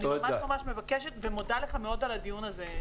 אני ממש ממש מבקשת ומודה לך מאוד על הדיון הזה,